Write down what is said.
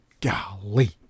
Golly